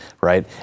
right